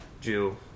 jew